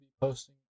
posting